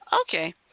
Okay